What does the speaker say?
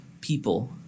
people